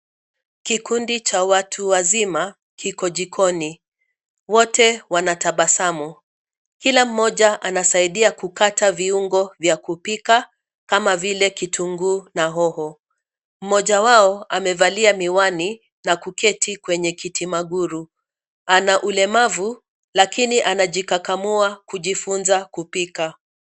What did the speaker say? Kikundi cha watu wazima kiko jikoni wote wanatabasamu, kila mmoja anasaidia kukata viungo vya kupika kama vile kitunguu na hoho. Mmoja wao amevalia miwani na kuketi kwenye kiti magurudumu. Ana ulemavu lakini anajikakamua kujifunza kupika.